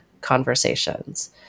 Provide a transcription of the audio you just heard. conversations